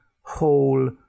whole